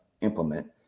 implement